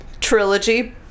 trilogy